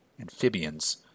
amphibians